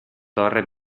torre